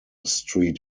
street